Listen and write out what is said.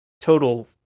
total